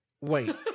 Wait